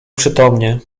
przytomnie